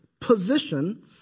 position